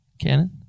Cannon